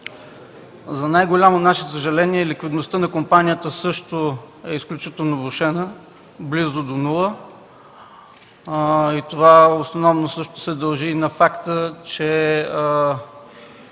За най-голямо наше съжаление ликвидността на компанията също е изключително влошена – близо до нула. Това се дължи основно на факта, че